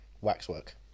waxwork